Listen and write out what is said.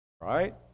Right